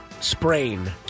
sprain